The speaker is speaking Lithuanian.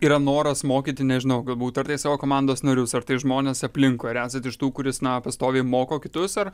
yra noras mokyti nežinau galbūt ar tai savo komandos narius ar tai žmones aplinkui ar esat iš tų kuris na pastoviai moko kitus ar